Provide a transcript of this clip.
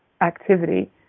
activity